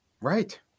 right